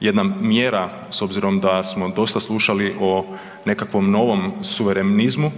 jedna mjera s obzirom da smo dosta slušali o nekakvom novom suverenizmu